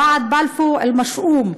ועד בלפור אל-משאום.